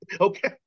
Okay